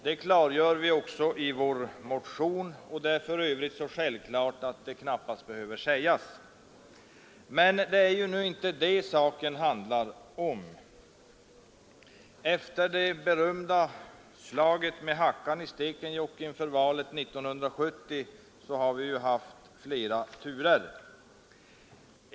Detta klargör vi också i vår motion, och det är för övrigt så självklart att det knappast behöver sägas. Det är emellertid inte detta saken handlar om. Efter det berömda slaget med hackan i Stekenjokk inför valet 1970 har vi haft flera turer.